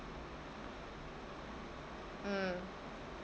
mm